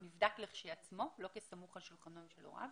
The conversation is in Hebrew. הוא נבדק כשלעצמו ולא כסמוך על שולחן הוריו.